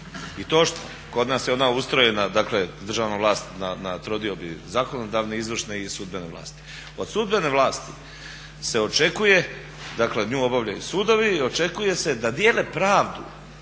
vlasti i kod nas je ona ustrojena dakle državna vlast na trodiobi zakonodavne, izvršne i sudbene vlasti. Od sudbene vlasti se očekuje, dakle nju obavljaju sudovi i očekuje se da dijele pravdu,